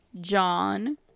John